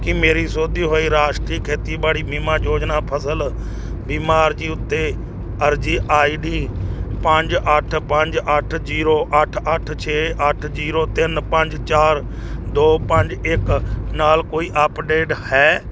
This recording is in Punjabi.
ਕੀ ਮੇਰੀ ਸੋਧੀ ਹੋਈ ਰਾਸ਼ਟਰੀ ਖੇਤੀਬਾੜੀ ਬੀਮਾ ਯੋਜਨਾ ਫਸਲ ਬੀਮਾ ਅਰਜ਼ੀ ਉੱਤੇ ਅਰਜ਼ੀ ਆਈਡੀ ਪੰਜ ਅੱਠ ਪੰਜ ਅੱਠ ਜੀਰੋ ਅੱਠ ਅੱਠ ਛੇ ਅੱਠ ਜੀਰੋ ਤਿੰਨ ਪੰਜ ਚਾਰ ਦੋ ਪੰਜ ਇੱਕ ਨਾਲ ਕੋਈ ਅੱਪਡੇਟ ਹੈ